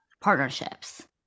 partnerships